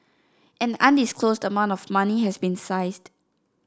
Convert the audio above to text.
an undisclosed amount of money has been seized